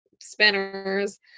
spinners